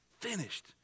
finished